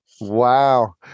Wow